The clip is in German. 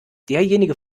derjenige